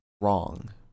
wrong